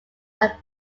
are